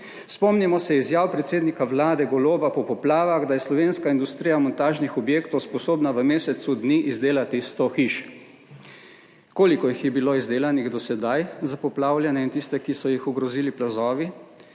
Spomnimo se izjav predsednika Vlade Goloba po poplavah, da je slovenska industrija montažnih objektov sposobna v mesecu dni izdelati sto hiš. Koliko jih je bilo izdelanih do sedaj za poplavljene in tiste, ki so jih ogrozili plazovi?